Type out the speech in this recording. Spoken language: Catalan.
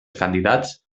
candidats